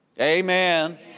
Amen